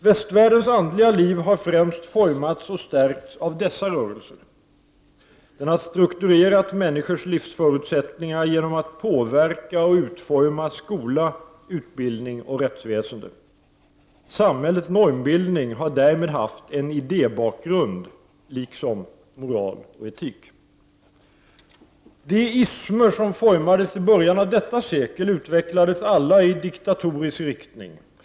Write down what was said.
Västvärldens andliga liv har främst formats och stärkts av dessa rörelser, de har strukturerat människors livsförutsättningar genom att påverka och utforma skola, utbildning och rättsväsende. Samhällets normbildning har därmed haft en idébakgrund, liksom en moral och en etik. De ism-er som formades i början av detta sekel utvecklades alla i diktatorisk riktning.